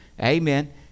Amen